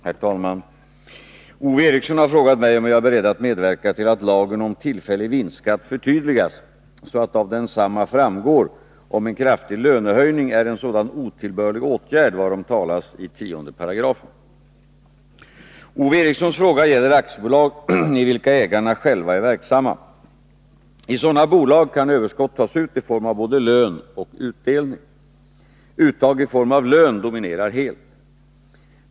Herr talman! Ove Eriksson har frågat mig om jag är beredd att medverka till att lagen om tillfällig vinstskatt förtydligas, så att av densamma framgår om en kraftig lönehöjning är en sådan otillbörlig åtgärd varom talas i 108. Ove Erikssons fråga gäller aktiebolag i vilka ägarna själva är verksamma. I sådana bolag kan överskott tas ut i form av både lön och utdelning. Uttag i form av lön dominerar helt.